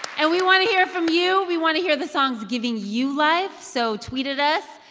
and we want to hear from you. we want to hear the songs giving you life, so tweet at us.